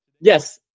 Yes